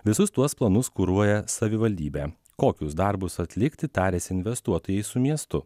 visus tuos planus kuruoja savivaldybė kokius darbus atlikti tariasi investuotojai su miestu